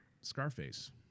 Scarface